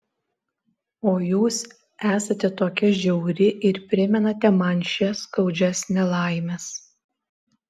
o jūs esate tokia žiauri ir primenate man šias skaudžias nelaimes